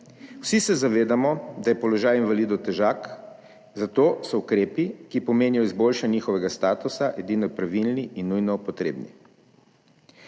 Vsi se zavedamo, da je položaj invalidov težak, zato so ukrepi, ki pomenijo izboljšanje njihovega statusa, edini pravilni in nujno potrebni.